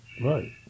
Right